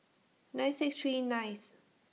nine six three ninth